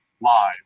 live